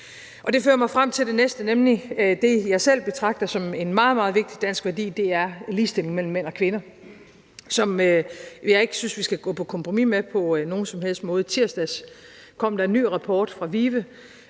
Det fører mig frem til det næste, nemlig det, jeg selv betragter som en meget, meget vigtig dansk værdi, og det er en ligestilling mellem mænd og kvinder, som jeg ikke synes vi skal gå på kompromis med på nogen som helst måde. I tirsdags kom der en ny rapport fra VIVE,